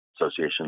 Association